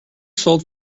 sold